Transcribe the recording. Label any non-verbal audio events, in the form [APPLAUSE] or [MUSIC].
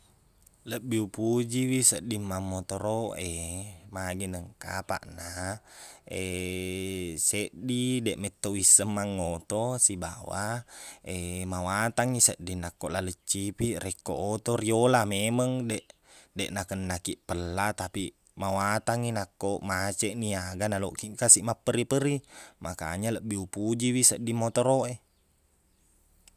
Lebbi upojiwi sedding mammotoroq e. Magai nengka. Apaqna [HESITATION] seddi deqmeto wisseng manggoto sibawa [HESITATION] mawatangngi sedding nakko laleng cipiq rekko oto riyola. Memang deq- deq nakennakiq pella, tapiq mawatangngi nakko maceqni aga nalokkiq kasiq mapperri-perri. Makanya, lebbi upojiwi sedding motoroq e.